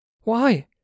Why